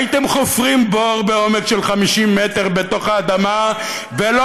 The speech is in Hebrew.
הייתם חופרים בור בעומק של 50 מטר בתוך האדמה ולא